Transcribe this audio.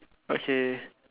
okay